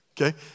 Okay